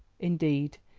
indeed,